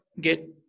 get